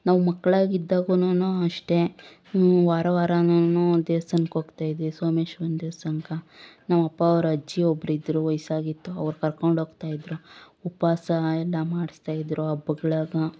ನಾವು ಮಕ್ಳು ಆಗಿದ್ದಾಗಲೂ ಅಷ್ಟೇ ವಾರ ವಾರ ನಾನು ದೇವಸ್ಥಾನಕ್ಕೆ ಹೋಗ್ತಾ ಇದ್ದೆ ಸೋಮೇಶ್ವರನ ದೇವಸ್ಥಾನಕ್ಕೆ ನಮ್ಮ ಅಪ್ಪ ಅವರ ಅಜ್ಜಿ ಅವ್ರು ಒಬ್ರು ಇದ್ರು ವಯಸ್ಸಾಗಿತ್ತು ಅವ್ರು ಕರಕೊಂಡೋಗ್ತಾ ಇದ್ರು ಉಪವಾಸ ಎಲ್ಲಾ ಮಾಡಿಸ್ತಿದ್ರು ಹಬ್ಬಗಳಾಗ